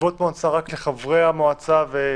ישיבות מועצה רק לחברי המועצה?